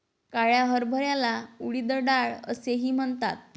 काळ्या हरभऱ्याला उडीद डाळ असेही म्हणतात